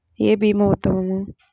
ఏ భీమా ఉత్తమము?